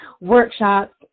workshops